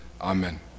Amen